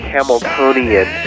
Hamiltonian